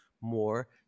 more